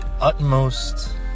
utmost